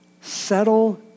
settle